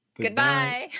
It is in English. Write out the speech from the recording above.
Goodbye